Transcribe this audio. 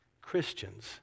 Christians